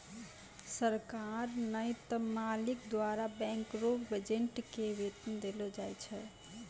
सरकार नै त मालिक द्वारा बैंक रो एजेंट के वेतन देलो जाय छै